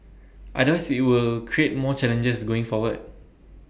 others IT will create more challenges going forward